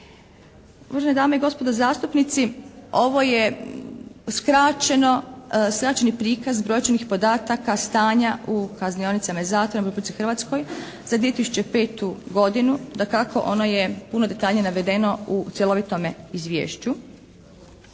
Uvažene dame i gospodo zastupnici, ovo je skraćeno, skraćeni prikaz brojčanih podataka stanja u kaznionicama i zatvorima u Republici Hrvatskoj za 2005. godinu. Dakako ono je puno detaljnije navedeno u cjelovitome izvješću.